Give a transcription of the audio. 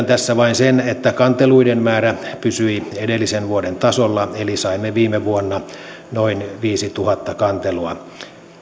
tässä vain sen että kanteluiden määrä pysyi edellisen vuoden tasolla eli saimme viime vuonna noin viisituhatta kantelua